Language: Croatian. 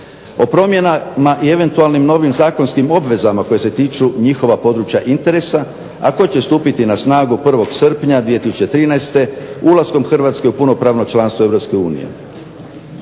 o promjenama i eventualnim novim zakonskim obvezama koje se tiču njihova područja interesa, a koje će stupiti na snagu 1. srpnja 2013. ulaskom Hrvatske u punopravno članstvo